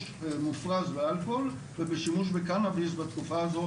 מופרז באלכוהול ובשימוש בקנאביס בתקופה הזאת,